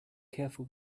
careful